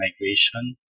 migration